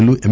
ఏలు ఎమ్